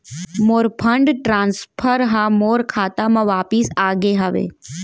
मोर fund transfer हा मोर खाता मा वापिस आ गे हवे